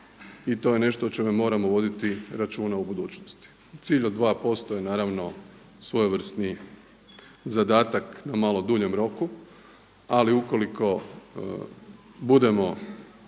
i to je nešto o čemu moramo voditi računa u budućnosti. Cilj od 2% je naravno svojevrsni zadatak na malo duljem roku. Ali ukoliko budemo